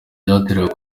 byateraga